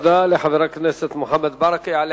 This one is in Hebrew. תודה רבה לחבר הכנסת מוחמד ברכה.